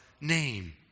name